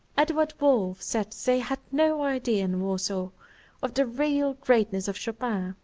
edouard wolff said they had no idea in warsaw of the real greatness of chopin.